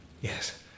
yes